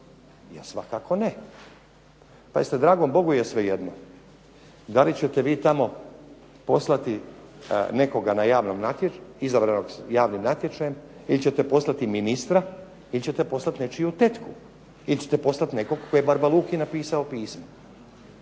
Svakako ne. Pazite dragom Bogu je svejedno da li ćete vi tamo poslati nekoga izabranog javnim natječajem, ili ćete poslati ministra, ili ćete poslati nečiju tetku, ili ćete poslati nekog tko je barba Luki napisao pismo.